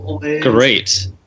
great